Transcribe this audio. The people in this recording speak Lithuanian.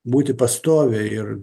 būti pastoviai ir